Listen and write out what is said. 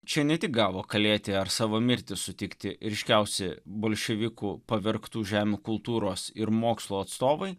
čia ne tik gavo kalėti ar savo mirtį sutikti ryškiausi bolševikų pavergtų žemių kultūros ir mokslo atstovai